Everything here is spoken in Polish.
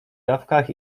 dawkach